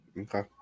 Okay